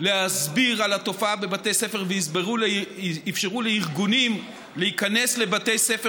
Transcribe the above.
להסביר על התופעה בבתי ספר ואפשרו לארגונים להיכנס לבתי ספר.